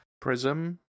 Prism